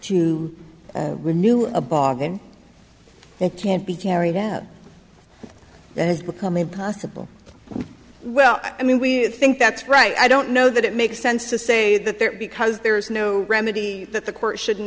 renew a bargain it can't be carried out that's become impossible well i mean we think that's right i don't know that it makes sense to say that there because there is no remedy that the court shouldn't